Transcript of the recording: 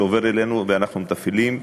זה עובר אלינו ואנחנו מתפעלים.